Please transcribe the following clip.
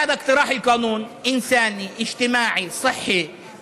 הצעת החוק הזאת היא אנושית, סוציאלית,